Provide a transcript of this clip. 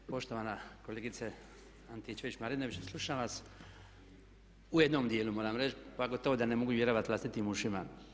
Poštovana kolegice Antičević-Marinović slušam vas u jednom dijelu moram reći pa gotovo da ne mogu vjerovati vlastitim ušima.